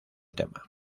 tema